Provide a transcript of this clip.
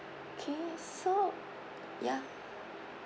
okay so ya